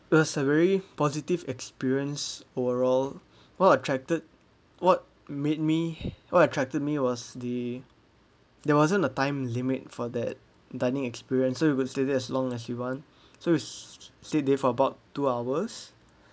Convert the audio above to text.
it was a very positive experience overall what attracted what made me what attracted me was the there wasn't a time limit for that dining experience so you could stay there as long as you want so we stay there for about two hours